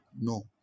no